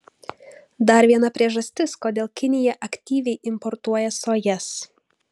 dar viena priežastis kodėl kinija aktyviai importuoja sojas